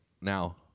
now